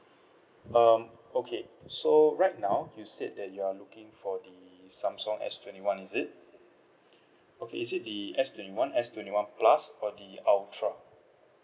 um okay so right now you said that you are looking for the samsung S twenty one is it okay is it the S twenty one S twenty one plus or the ultra